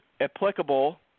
applicable